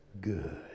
good